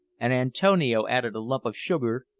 and antonio added a lump of sugar,